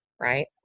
right